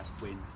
win